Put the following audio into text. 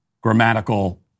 grammatical